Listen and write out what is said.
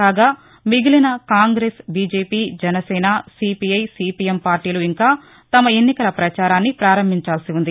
కాగా మిగిలిన Congress BJP Janasena CPI CPM పార్టీలు ఇంకా తమ ఎన్నికల ప్రచారాన్ని పారంభించవలసి ఉంది